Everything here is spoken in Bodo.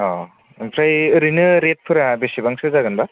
अह आमफ्राय ओरैनो रेटफोरा बेसेबांसो जागोनबा